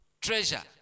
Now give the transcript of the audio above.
treasure